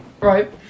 Right